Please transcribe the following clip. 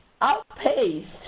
outpaced